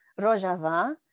Rojava